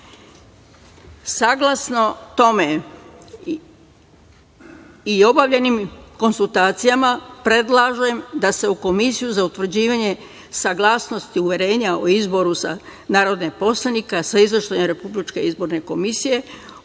Srbije).Saglasno tome, i obavljenim konsultacijama, predlažem da se u Komisiju za utvrđivanje saglasnosti uverenja o izboru za narodnog poslanika sa Izveštajem Republičke izborne komisije o